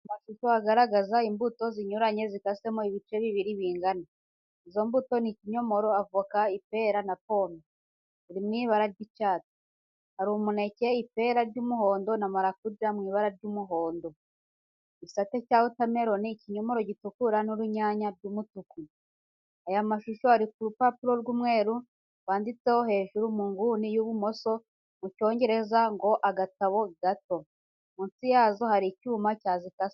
Amashusho agaragaza imbuto zinyuranye zikasemo ibice bibiri bingana. Izo mbuto ni ikinyomoro, avoka, ipera na pome biri mu ibara ry'icyatsi, hari umuneke, ipera ry'umuhondo na marakuja mu ibara n'umuhondo, igisate cya wotameroni, ikinyomoro gitukura n'urunyanya by'umutuku. Ayo mashusho ari ku rupapuro rw'umweru rwanditseho hejuru mu nguni y'ibumoso, mu cyongereza ngo "Agatabo gato". Munsi yazo hari icyuma cyazikase.